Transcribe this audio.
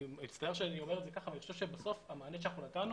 אני מצטער שאני אומר את זה כך אבל אני חושב שבסוף המענה שאנחנו נתנו